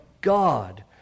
God